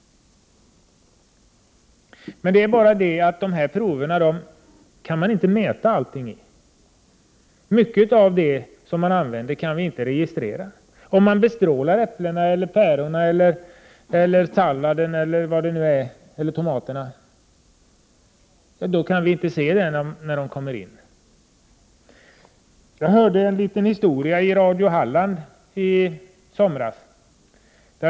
Men det är bara det att man med dessa prover inte kan mäta allting. Mycket av det som används går inte att registrera. Om man bestrålat äpplena; päronen, salladen eller tomaterna, kan vi inte se det när produkterna förs in i Sverige. Jag hörde en liten historia i radio Halland i somras.